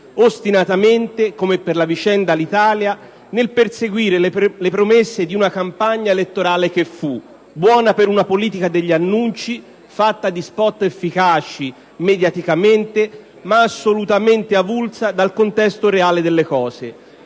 ostinatamente, come per la vicenda Alitalia, nel perseguire le promesse di una campagna elettorale che fu buona per una politica degli annunci fatta di *spot* efficaci mediaticamente, ma assolutamente avulsa dal contesto reale delle cose.